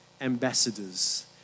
ambassadors